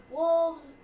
wolves